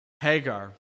Hagar